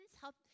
help